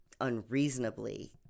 unreasonably